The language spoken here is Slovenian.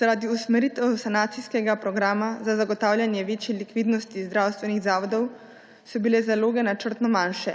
Zaradi usmeritev sanacijskega programa za zagotavljanje večje likvidnosti zdravstvenih zavodov so bile zaloge načrtno manjše.